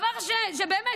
באמת,